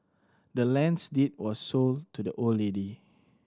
the land's deed was sold to the old lady